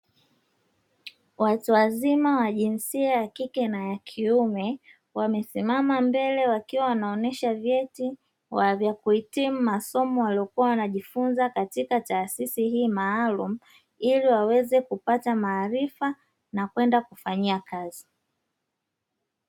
Watu wazima wa jinsia ya kike na kiume wamesimama mbele wakiwa ,wanaonyesha vyeti vya kuhitimu masomo waliyokuwa wanajifunza katika taasisi hii maalumu ili waweze kupata maarifa na kwenda kuyafanyia kazi.